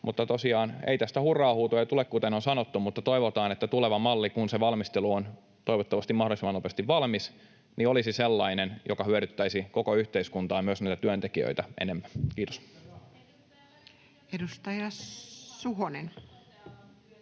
Ei tästä tosiaan hurraa-huutoja tule, kuten on sanottu, mutta toivotaan, että se tuleva malli, kun sen valmistelu on toivottavasti mahdollisimman nopeasti valmis, olisi sellainen, joka hyödyttäisi koko yhteiskuntaa ja myös niitä työntekijöitä enemmän. — Kiitos. [Speech